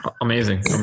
amazing